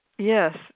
Yes